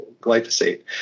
glyphosate